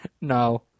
No